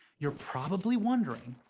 you're probably wondering.